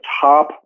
top